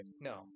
no